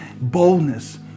Boldness